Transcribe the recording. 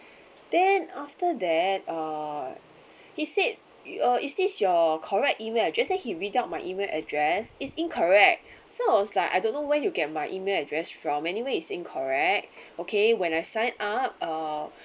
then after that uh he said uh is this your correct email address then he read out my email address is incorrect so I was like I don't know where you get my email address from anyway is incorrect okay when I signed up uh